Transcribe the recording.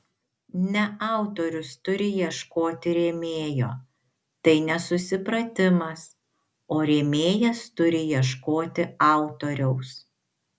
ne autorius turi ieškoti rėmėjo tai nesusipratimas o rėmėjas turi ieškoti autoriaus